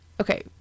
okay